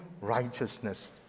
righteousness